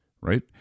right